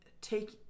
take